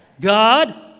God